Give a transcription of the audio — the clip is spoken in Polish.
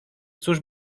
cóż